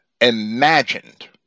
imagined